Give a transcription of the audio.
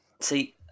See